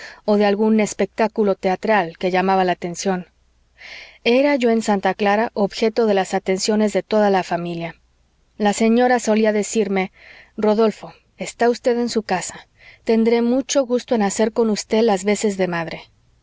o de algún espectáculo teatral que llamaba la atención era yo en santa clara objeto de las atenciones de toda la familia la señora solía decirme rodolfo está usted en su casa tendré mucho gusto en hacer con usted las veces de madre